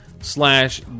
slash